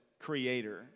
creator